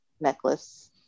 necklace